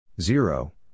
zero